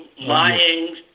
lying